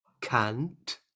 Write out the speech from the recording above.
cant